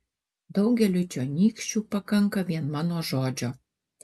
daugeliui čionykščių pakanka vien mano žodžio